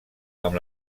amb